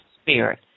Spirit